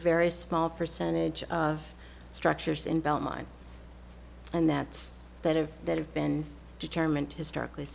very small percentage of structures in belmont and that's that have that have been determined historically